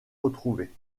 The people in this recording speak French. retrouvée